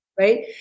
Right